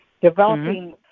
developing